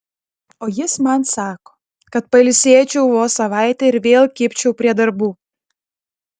o jis man sako kad pailsėčiau vos savaitę ir vėl kibčiau prie darbų